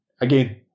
again